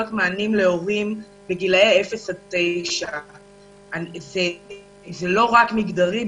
מענים להורים לגילאי 9-0. זה לא רק מגדרי.